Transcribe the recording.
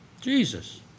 Jesus